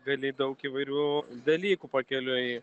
gali daug įvairių dalykų pakeliui